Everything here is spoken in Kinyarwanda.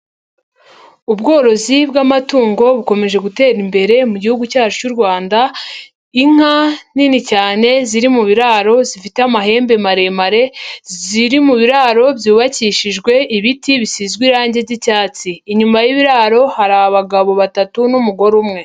Ubworozi bw'amatungo bukomeje gutera imbere mu gihugu cyacu cy'u Rwanda, inka nini cyane ziri mu biraro zifite amahembe maremare, ziri mu biraro byubakishijwe ibiti bisizwe irange ry'icyatsi. Inyuma y'ibiraro hari abagabo batatu n'umugore umwe.